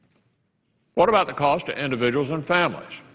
what about the cost to individuals and families?